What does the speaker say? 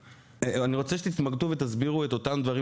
אני רוצה שתתמקדו ותסבירו את אותם דברים